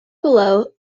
below